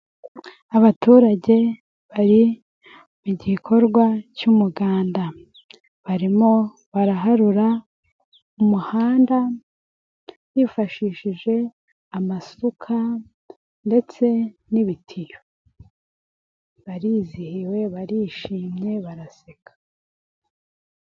Abaturage bari mu gikorwa cy'umuganda, barimo baraharura umuhanda bifashishije amasuka ndetse n'ibitiyo, barizihiwe, barishimye baraseka.